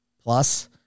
plus